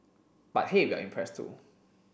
but hey we're impressed too